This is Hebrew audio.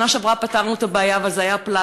בשנה שעברה פתרנו את הבעיה, אבל זה היה פלסטר.